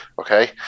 Okay